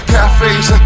Cafes